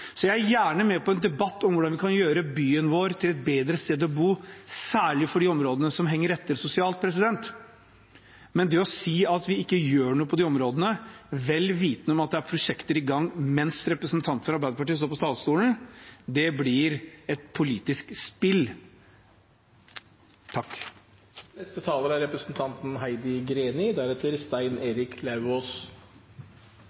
Så jeg er gjerne med på en debatt om hvordan vi kan gjøre byen vår til et bedre sted å bo, særlig for de områdene som henger etter sosialt, men det å si at vi ikke gjør noe på de områdene, vel vitende om at det er prosjekter i gang mens representanten fra Arbeiderpartiet står på talerstolen, det blir et politisk spill.